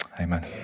Amen